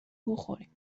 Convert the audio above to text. بخوریم